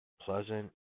pleasant